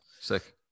Sick